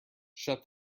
shut